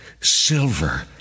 silver